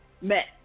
met